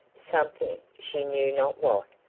something, she knew not what,